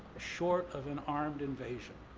short of an armed invasion.